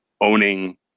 owning